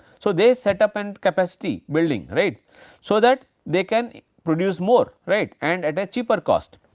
so, they set up and capacity building right so that, they can produce more right and at a cheaper cost.